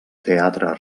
teatre